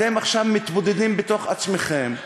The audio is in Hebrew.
אתם עכשיו מתבודדים בתוך עצמכם,